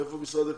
איפה משרד הקליטה?